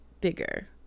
bigger